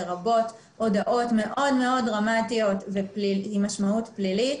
לרבות הודעות מאוד מאוד דרמטיות עם משמעות פלילית,